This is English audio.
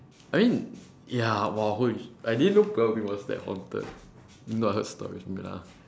I mean ya !wah! !wow! holy shit I didn't know pulau ubin was that haunted even though I heard stories from it lah